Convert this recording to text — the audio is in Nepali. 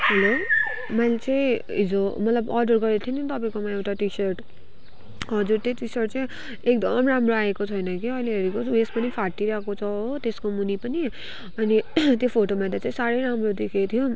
होलो मैले चाहिँ हिजो मतलब अर्डर गरेको थिएँ नि तपाईँकोमा एउटा टी सर्ट हजुर त्यो टी सर्ट चाहिँ एकदम राम्रो आएको छैन कि अहिले हेरेको उयेस पनि फाटिरहेको छ हो त्यसको मुनि पनि अनि त्यो फोटोमा हेर्दा चाहिँ साह्रै राम्रो देखेको थियो